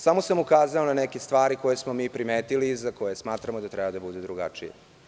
Samo sam ukazao na neke stvari koje smo mi primetili i za koje smatramo da treba da budu drugačije.